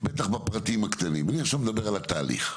בטח בפרטים הקטנים, אני עכשיו מדבר על התהליך.